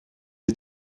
les